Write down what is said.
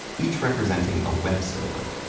each representing a web server,